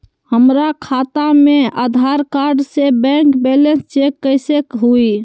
हमरा खाता में आधार कार्ड से बैंक बैलेंस चेक कैसे हुई?